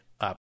up